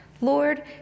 Lord